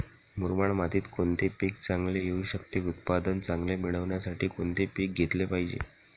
मुरमाड मातीत कोणते पीक चांगले येऊ शकते? उत्पादन चांगले मिळण्यासाठी कोणते पीक घेतले पाहिजे?